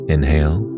Inhale